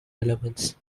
elements